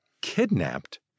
kidnapped